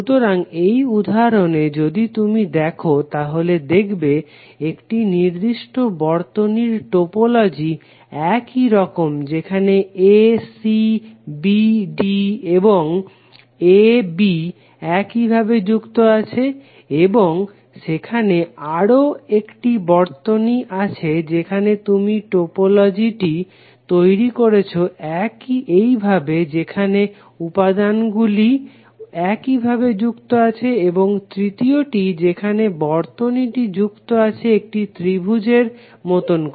সুতরাং এই উদাহরণে যদি তুমি দেখো তাহলে দেখবে একটি নির্দিষ্ট বর্তনীর টোপোলজি এইরকম যেখানে a c b d এবং a b এইভাবে যুক্ত আছে এবং সেখানে আরও একটি বর্তনী আছে যেখানে তুমি টোপোলজিটি তৈরি করেছো এইভাবে যেখানে উপাদানগুলি এইভাবে যুক্ত আছে এবং তৃতীয়টি যেখানে বর্তনীটি যুক্ত আছে একটি ত্রিভুজের মতন করে